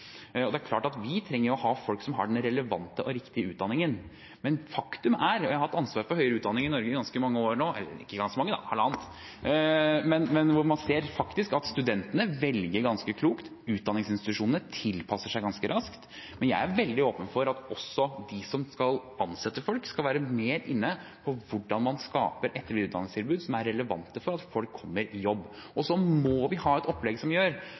Det er klart at vi trenger å ha folk som har den relevante og riktige utdanningen, men faktum er – og jeg har hatt ansvar for høyere utdanning i Norge i halvannet år – at man ser at studentene velger ganske klokt, og utdanningsinstitusjonene tilpasser seg ganske raskt. Men jeg er veldig åpen for at også de som skal ansette folk, skal være mer inne på hvordan man skaper etter- og videreutdanningstilbud som er relevant for at folk kommer i jobb. Så må vi ha et opplegg som gjør